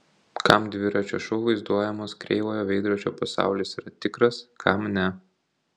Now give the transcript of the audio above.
kam dviračio šou vaizduojamas kreivojo veidrodžio pasaulis yra tikras kam ne